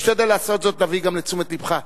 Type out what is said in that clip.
נשתדל לעשות זאת, נביא גם לתשומת לבך.